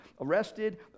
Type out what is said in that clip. arrested